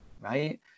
right